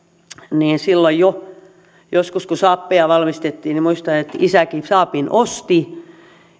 muistan että jo silloin joskus kun saabeja valmistettiin isäkin saabin osti